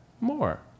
more